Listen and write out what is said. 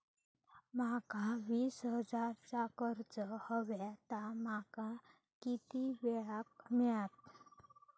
माका वीस हजार चा कर्ज हव्या ता माका किती वेळा क मिळात?